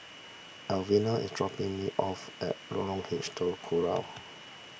Elvina is dropping me off at Lorong H Telok Kurau